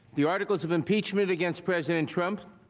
the articles of impeachment against president trump